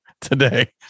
today